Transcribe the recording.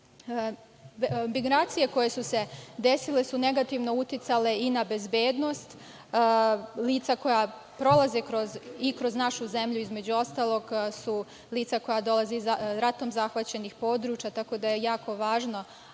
krize. Migracije koje su se desile su negativno uticale i na bezbednost lica koja prolaze i kroz našu zemlju. Između ostalog, to su lica koja dolaze iz ratom zahvaćenih područja, tako da je jako važno